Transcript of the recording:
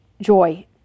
joy